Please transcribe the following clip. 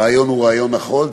הרעיון הוא רעיון נכון.